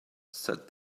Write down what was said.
said